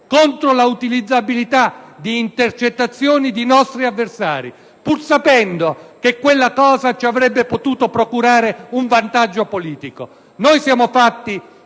contro l'utilizzabilità di intercettazioni di nostri avversari, pur sapendo che un diverso comportamento avrebbe potuto procurarci un vantaggio politico. Siamo fatti